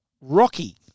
Rocky